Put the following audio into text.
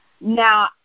Now